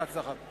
בהצלחה.